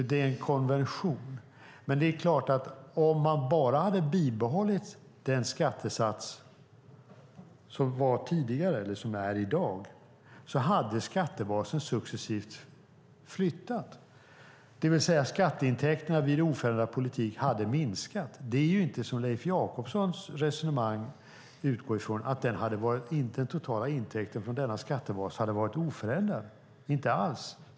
Det är en konversion. Om man hade bibehållit den tidigare skattesatsen - som fortfarande gäller - är det klart att skattebasen successivt hade flyttat. Skatteintäkterna vid oförändrad politik hade alltså minskat. Den totala intäkten från denna skattebas hade inte varit oförändrad, vilket dock Leif Jakobssons resonemang utgår från.